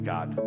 God